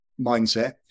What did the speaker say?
mindset